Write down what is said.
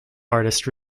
artist